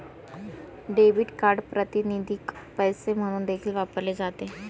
debit card प्रातिनिधिक पैसे म्हणून देखील वापरले जाते